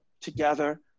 together